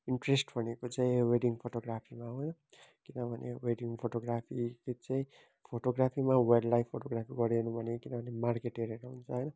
interest भनेको चाहिँ wedding फोटोग्राफीमा हो किनभने वेडिङ फोटोग्राफीको चाहिँ फोटोग्राफीमा वाइल्डलाइफ फोटोग्राफी गरिनँ मैले किनभने मार्केट हेरेर हुन्छ है